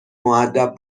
مودب